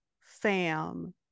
fam